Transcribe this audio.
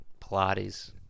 Pilates